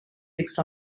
fixed